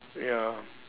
ya